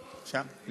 שם,